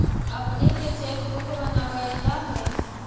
अपने के cheque book बनवइला हे